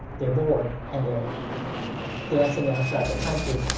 they're bored and they're dancing now sharp and punchy.